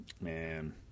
Man